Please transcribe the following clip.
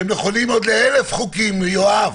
והם נכונים עוד ל-1,000 חוקים, יואב,